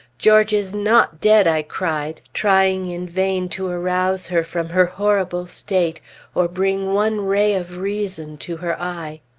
george is not dead! i cried, trying in vain to arouse her from her horrible state or bring one ray of reason to her eye.